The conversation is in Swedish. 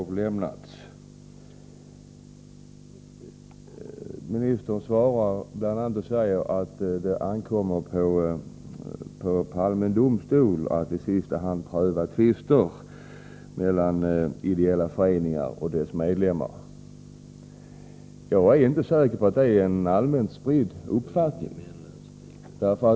Justitieministern säger bl.a. att det ankommer på allmän domstol att i sista hand pröva tvister mellan ideella föreningar och deras medlemmar. Jag är inte säker på att detta är en allmänt spridd uppfattning.